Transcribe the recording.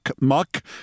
Muck